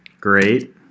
Great